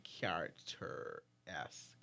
character-esque